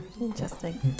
Interesting